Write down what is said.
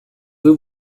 veux